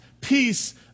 peace